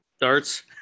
darts